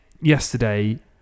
yesterday